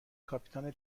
کاپیتان